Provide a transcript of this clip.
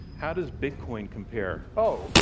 how does bitcoin compare? oh,